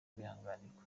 kwihanganirwa